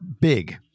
Big